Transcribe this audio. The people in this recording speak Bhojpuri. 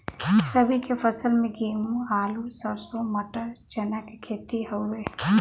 रबी के फसल में गेंहू, आलू, सरसों, मटर, चना के खेती हउवे